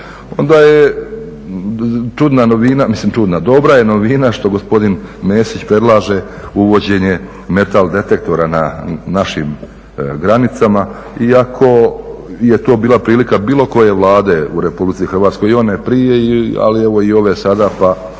onda je čudna novina mislim čudna, dobra je novina što gospodin Mesić predlaže uvođenje meta-detektora na našim granicama, iako je to bila prilika bilo koje vlade u RH i one prije, a i ove sada, ali